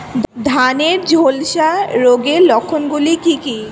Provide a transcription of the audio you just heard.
ধানের ঝলসা রোগের লক্ষণগুলি কি কি?